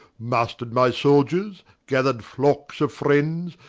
muster'd my soldiers, gathered flockes of friends,